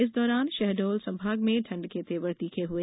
इस दौरान शहडोल संभाग में ठंड के तेवर तीखे हए